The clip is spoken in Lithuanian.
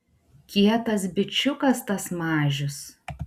kietas bičiukas tas mažius